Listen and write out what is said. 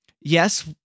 yes